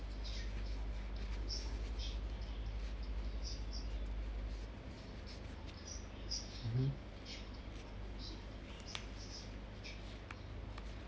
mmhmm